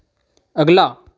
अगला